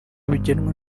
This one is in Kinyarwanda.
bigenwa